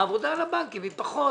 העבודה על הבנקים היא פחות